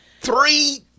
Three